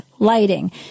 lighting